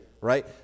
right